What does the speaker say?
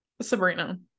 Sabrina